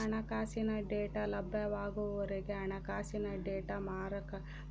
ಹಣಕಾಸಿನ ಡೇಟಾ ಲಭ್ಯವಾಗುವವರೆಗೆ ಹಣಕಾಸಿನ ಡೇಟಾ